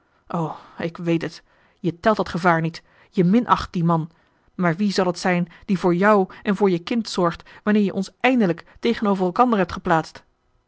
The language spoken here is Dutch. ik weet het je telt dat gevaar niet je minacht dien man maar wie zal t zijn die voor jou en voor je kind zorgt wanneer je ons eindelijk tegenover elkander hebt geplaatst